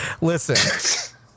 Listen